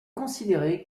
considéré